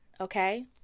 okay